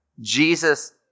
Jesus